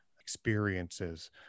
experiences